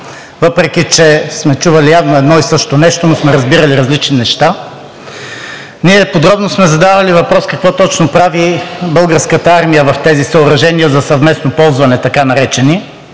въпреки че сме чували явно едно и също нещо, но сме разбирали различни неща. Ние подробно сме задавали въпрос какво точно прави Българската армия в тези съоръжения за съвместно ползване, така наречени.